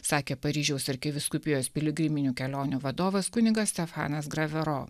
sakė paryžiaus arkivyskupijos piligriminių kelionių vadovas kunigas stefanas gravero